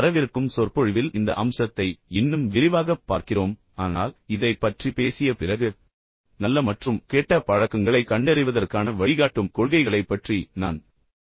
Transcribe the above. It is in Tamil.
வரவிருக்கும் சொற்பொழிவில் இந்த அம்சத்தை இன்னும் விரிவாகப் பார்க்கிறோம் ஆனால் இதைப் பற்றி பேசிய பிறகு நல்ல மற்றும் கெட்ட பழக்கங்களைக் கண்டறிவதற்கான வழிகாட்டும் கொள்கைகளைப் பற்றி நான் உங்களுக்குச் சொல்லத் தொடங்கினேன்